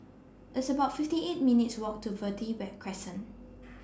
It's about fifty eight minutes' Walk to Verde Crescent